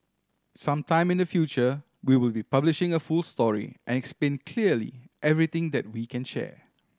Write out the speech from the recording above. some time in the future we will be publishing a full story and explain clearly everything that we can share